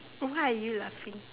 oh why are you laughing